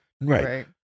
Right